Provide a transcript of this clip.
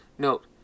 Note